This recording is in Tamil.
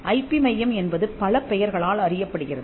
ஐபி மையம் என்பது பல பெயர்களால் அறியப்படுகிறது